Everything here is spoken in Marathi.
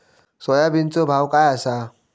सोयाबीनचो भाव काय आसा?